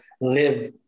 live